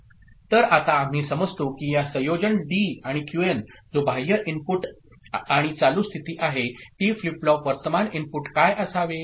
तर आता आम्ही समजतो की या संयोजन डी आणि क्यूएन जो बाह्य इनपुट आणि चालू स्थिती आहे टी फ्लिप फ्लॉप वर्तमान इनपुट काय असावे